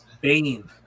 Bane